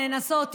נאנסות,